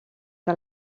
que